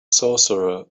sorcerer